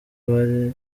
bari